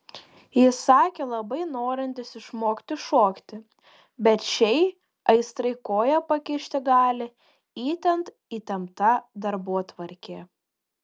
jis sakė labai norintis išmokti šokti bet šiai aistrai koją pakišti gali itin įtempta darbotvarkė